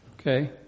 Okay